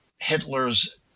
Hitler's